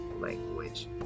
language